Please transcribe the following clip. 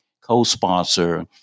co-sponsor